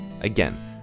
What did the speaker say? Again